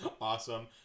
Awesome